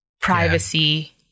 privacy